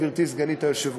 גברתי סגנית היושב-ראש: